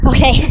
Okay